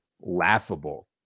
laughable